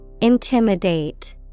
Intimidate